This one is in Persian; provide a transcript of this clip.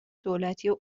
دولتی